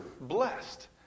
blessed